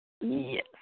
Yes